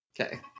Okay